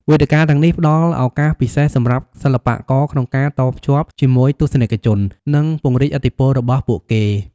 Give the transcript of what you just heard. វេទិកាទាំងនេះផ្ដល់ឱកាសពិសេសសម្រាប់សិល្បករក្នុងការតភ្ជាប់ជាមួយទស្សនិកជន និងពង្រីកឥទ្ធិពលរបស់ពួកគេ។